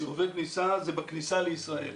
סיבובי כניסה זה בכניסה לישראל.